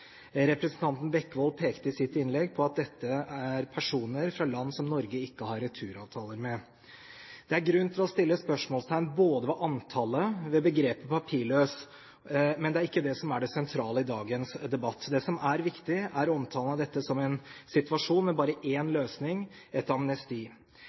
Representanten Bekkevold pekte i sitt innlegg på at dette er personer fra land som Norge ikke har returavtaler med. Det er grunn til å sette spørsmålstegn både ved antallet og begrepet «papirløs», men det er ikke det som er det sentrale i dagens debatt. Det som er viktig, er omtalen av dette som en situasjon med bare én løsning, et amnesti. Det finnes en